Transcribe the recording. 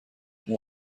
اون